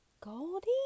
Goldie